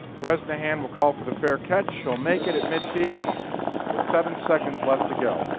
bresnahan will call for the fair catch. he will make it at mid field with seven seconds left to go.